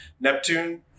Neptune